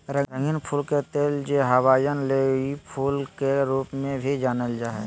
रंगीन फूल के तेल, जे हवाईयन लेई फूल के रूप में भी जानल जा हइ